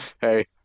Hey